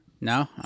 No